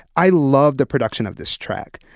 i loved the production of this track.